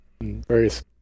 Various